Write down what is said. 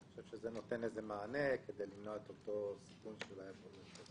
אני חושב שזה נותן מענה כדי למנוע את אותו סיכון שאולי מדברת עליו.